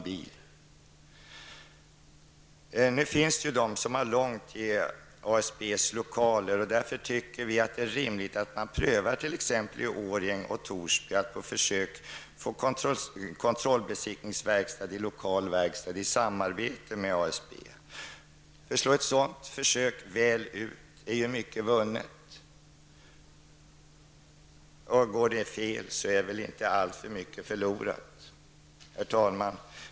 Det finns ju de som har långt till ASBs lokaler, och därför tycker vi det är rimligt att t.ex. i Årjäng och Torsby på försök få utföra kontrollbesiktning på en lokal verkstad i samarbete med ASB. Slår ett sådant försök väl ut är ju mycket vunnet, och går det fel så är inte alltför mycket förlorat. Herr talman!